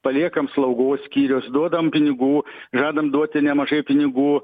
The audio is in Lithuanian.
paliekam slaugos skyrius duodam pinigų žadam duoti nemažai pinigų